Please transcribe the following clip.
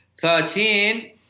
Thirteen